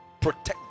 Protect